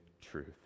truth